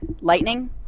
lightning